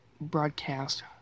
broadcast